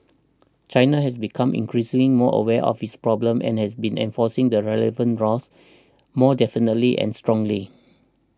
China has become increasingly more aware of this problem and have been enforcing the relevant laws more definitely and strongly